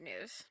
news